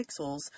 pixels